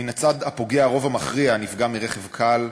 מן הצד הפוגע, הרוב המכריע נפגע מרכב קל,